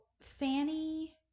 Fanny